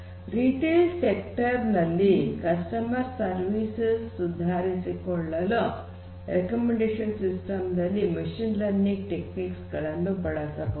retail sector ನಲ್ಲಿ customer services ಸುಧಾರಿಸಲು recommendation system ನಲ್ಲಿ ಮಷೀನ್ ಲರ್ನಿಂಗ್ ಟೆಕ್ನಿಕ್ಸ್ ಗಳನ್ನು ಬಳಸಬಹುದು